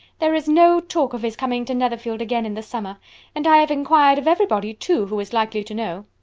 there is no talk of his coming to netherfield again in the summer and i have inquired of everybody, too, who is likely to know.